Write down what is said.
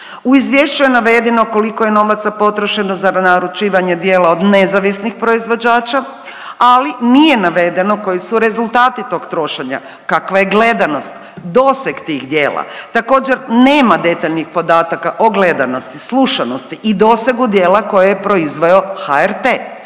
U izvješću je navedeno koliko je novaca potrošeno za naručivanje dijela od nezavisnih proizvođača, ali nije navedeno koji su rezultati tog trošenja, kakva je gledanost, doseg tih dijela. Također nema detaljnih podataka o gledanosti, slušanosti i dosegu dijela koje je proizveo HRT.